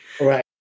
Right